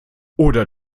oder